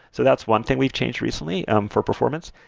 so that's one thing we've changed recently um for performance.